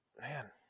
man